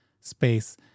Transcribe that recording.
space